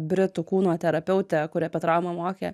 britų kūno terapeutė kuri apie traumą mokė